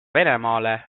venemaale